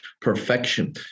perfection